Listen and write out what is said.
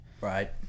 Right